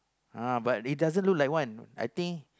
ah but it doesn't look like one I think